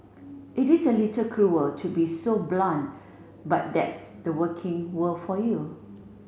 it is a little cruel to be so blunt but that's the working world for you